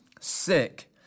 sick